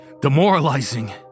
demoralizing